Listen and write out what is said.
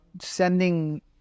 sending